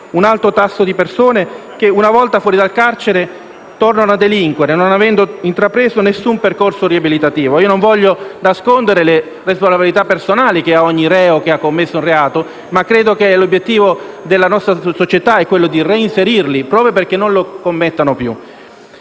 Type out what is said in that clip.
un alto tasso di persone che, una volta fuori dal carcere, tornano a delinquere, non avendo intrapreso nessun percorso riabilitativo. Non voglio nascondere le responsabilità personali di ogni reo che ha commesso un reato, ma credo che l'obiettivo della nostra società sia quello di reinserirli, proprio perché non ne commettano più.